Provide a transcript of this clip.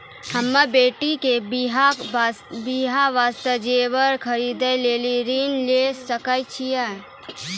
हम्मे बेटी के बियाह वास्ते जेबर खरीदे लेली ऋण लिये सकय छियै?